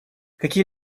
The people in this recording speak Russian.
какие